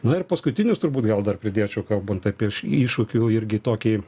na ir paskutinis turbūt gal dar pridėčiau kalbant apie iššūkių irgi tokį